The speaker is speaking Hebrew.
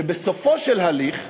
ובסופו של תהליך,